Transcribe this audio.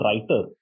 writer